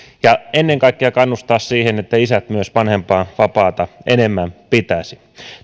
ja ennen kaikkea kannustaa siihen että myös isät vanhempainvapaata enemmän pitäisivät